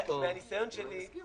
מהניסיון שלי,